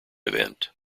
event